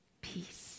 peace